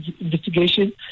investigation